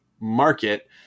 market